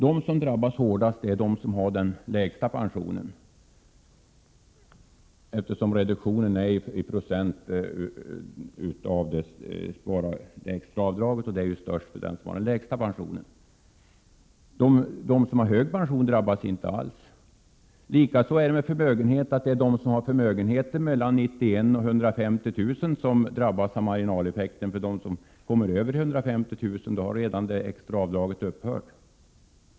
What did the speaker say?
De som drabbas hårdast är de som har den lägsta pensionen, eftersom reduktionen räknas i procent av det extra avdraget, och detta avdrag är störst för dem som har den lägsta pensionen. De som har hög pension drabbas inte alls. På samma sätt är det med dem som har hög förmögenhet. De som har förmögenheter mellan 91 000 och 150 000 kr. drabbas av marginaleffekten. För dem som kommer över 150 000 kr. i förmögenhet har redan det extra avdraget upphört.